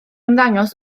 ymddangos